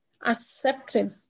accepting